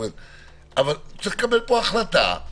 אבל יש לקבל החלטה.